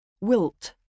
Wilt